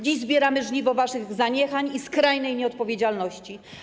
Dziś zbieramy żniwo waszych zaniechań i skrajnej nieodpowiedzialności.